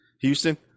Houston